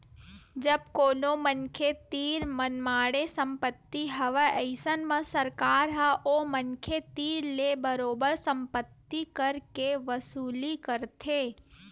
जब कोनो मनखे तीर मनमाड़े संपत्ति हवय अइसन म सरकार ह ओ मनखे तीर ले बरोबर संपत्ति कर के वसूली करथे